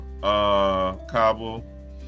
Kabul